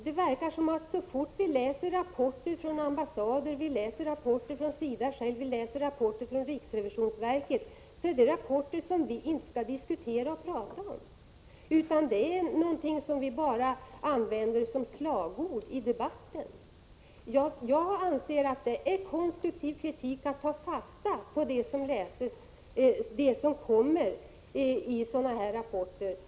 Det verkar som om de rapporter som kommer från ambassader, från SIDA och från riksrevisionsverket inte skall diskuteras, utan de skall bara användas som slagord i debatten. Jag anser att det är konstruktiv kritik att ta fasta på sådana här rapporter.